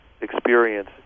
experience